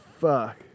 fuck